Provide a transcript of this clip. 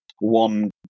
one